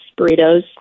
burritos